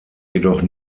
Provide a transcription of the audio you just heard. jedoch